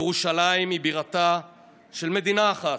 ירושלים היא בירתה של מדינה אחת,